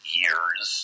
years